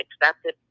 accepted